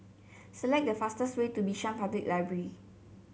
select the fastest way to Bishan Public Library